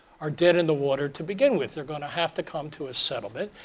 are dead in the water to begin with. they're going to have to come to a settlement,